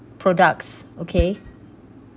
products okay